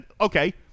okay